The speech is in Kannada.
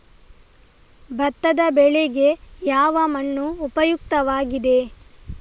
ಭತ್ತದ ಬೆಳೆಗೆ ಯಾವ ಮಣ್ಣು ಉಪಯುಕ್ತವಾಗಿದೆ?